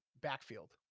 backfield